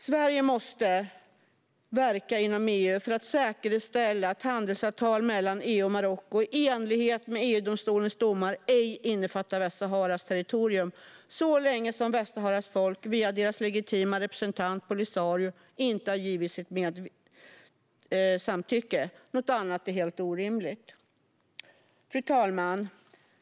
Sverige måste verka inom EU för att säkerställa att handelsavtal mellan EU och Marocko, i enlighet med EU-domstolens domar, ej innefattar Västsaharas territorium så länge Västsaharas folk, via deras legitima representant Polisario, inte har gett sitt samtycke. Något annat är helt orimligt. Fru talman!